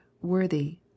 worthy